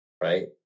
right